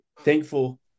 thankful